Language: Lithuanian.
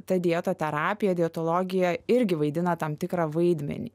ta dietoterapija dietologija irgi vaidina tam tikrą vaidmenį